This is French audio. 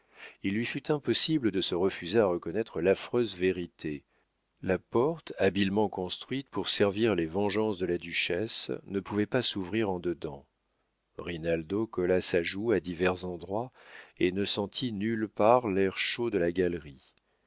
il lui fut impossible de se refuser à reconnaître l'affreuse vérité la porte habilement construite pour servir les vengeances de la duchesse ne pouvait pas s'ouvrir en dedans rinaldo colla sa joue à divers endroits et ne sentit nulle part l'air chaud de la galerie